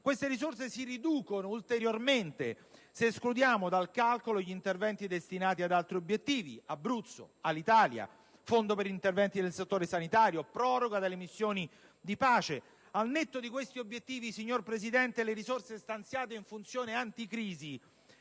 Tali risorse si riducono ulteriormente se escludiamo dal calcolo gli interventi destinati ad altri obiettivi (Abruzzo, Alitalia, Fondo per interventi nel settore sanitario, proroga delle missioni di pace, e così via). Al netto di questi obiettivi, signor Presidente, le risorse stanziate in funzione anti-crisi